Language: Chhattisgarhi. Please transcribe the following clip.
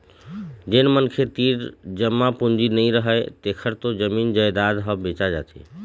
जेन मनखे तीर जमा पूंजी नइ रहय तेखर तो जमीन जयजाद ह बेचा जाथे